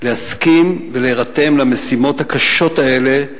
להסכים ולהירתם למשימות הקשות האלה,